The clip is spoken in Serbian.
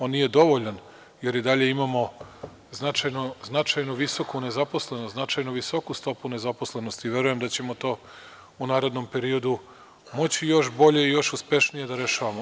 On nije dovoljan jer i dalje imamo značajnu visoku nezaposlenost, značajno visoku stopu nezaposlenosti i verujem da ćemo to u narednom periodu moći još bolje i još uspešnije da rešavamo.